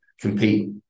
compete